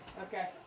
Okay